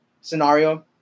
scenario